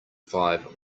five